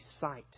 sight